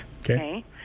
Okay